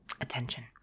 attention